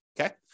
okay